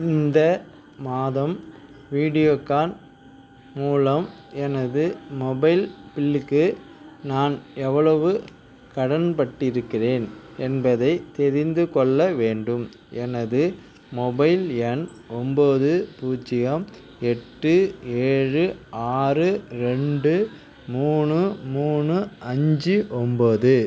இந்த மாதம் வீடியோகான் மூலம் எனது மொபைல் பில்லுக்கு நான் எவ்வளவு கடன் பட்டிருக்கின்றேன் என்பதைத் தெரிந்துக்கொள்ள வேண்டும் எனது மொபைல் எண் ஒன்போது பூஜ்ஜியம் எட்டு ஏழு ஆறு ரெண்டு மூணு மூணு அஞ்சு ஒன்போது